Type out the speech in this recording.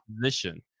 position